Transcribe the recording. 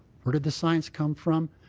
where did the science come from,